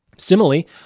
Similarly